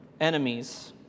enemies